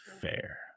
Fair